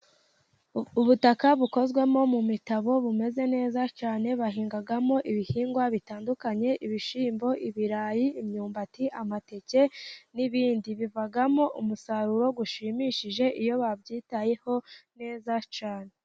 Ubutaka bukozwe mu mitabo bumeze neza cyane, bahingamo ibihingwa bitandukanye: ibishyimbo, ibirayi imyumbati, amateke n'ibindi bivamo umusaruro ushimishije iyo babyitayeho neza cyane.